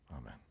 Amen